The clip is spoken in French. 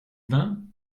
vin